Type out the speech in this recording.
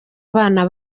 abana